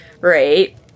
right